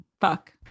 Fuck